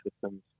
systems